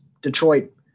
Detroit